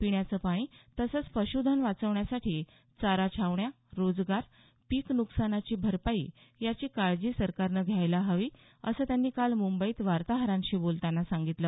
पिण्याचं पाणी तसंच पशूधन वाचवण्यासाठी चारा छावण्या रोजगार पीक नुकसानाची भरपाई याची काळजी सरकारनं घ्यायला हवी असं त्यांनी काल मुंबईत वार्ताहरांशी बोलतांना सांगितलं